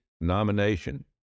nomination